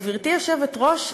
גברתי היושבת-ראש,